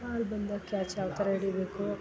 ball ಬಂದಾಗ catch ಯಾವ ಥರ ಹಿಡಿಬೇಕು